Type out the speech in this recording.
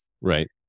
Right